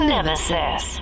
Nemesis